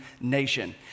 nation